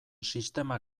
sistema